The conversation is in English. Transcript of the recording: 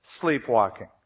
sleepwalking